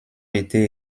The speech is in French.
été